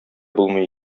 булмый